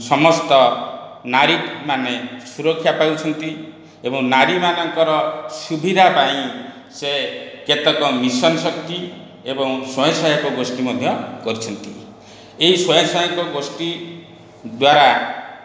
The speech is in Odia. ସମସ୍ତ ନାରୀମାନେ ସୁରକ୍ଷା ପାଉଛନ୍ତି ଏବଂ ନାରୀମାନଙ୍କର ସୁବିଧା ପାଇଁ ସେ କେତେକ ମିଶନ ଶକ୍ତି ଏବଂ ସ୍ୱୟଂସହାୟକ ଗୋଷ୍ଠୀ ମଧ୍ୟ କରିଛନ୍ତି ଏହି ସ୍ୱୟଂସହାୟକ ଗୋଷ୍ଠୀ ଦ୍ୱାରା